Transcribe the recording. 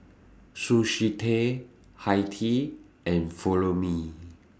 Sushi Tei Hi Tea and Follow Me